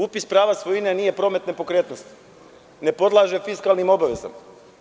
Upis prava svojine nije promet nepokretnosti, ne podleže fiskalnim obavezama.